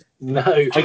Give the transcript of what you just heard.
No